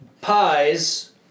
pies